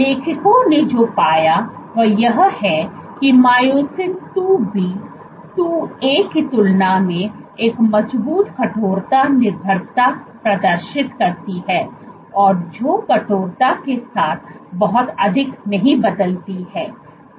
लेखकों ने जो पाया वह यह है कि मायोसिन IIB IIA की तुलना में एक मजबूत कठोरता निर्भरता प्रदर्शित करती है और जो कठोरता के साथ बहुत अधिक नहीं बदलती है